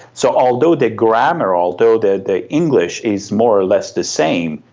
so although the grammar, although the the english is more or less the same,